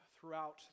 throughout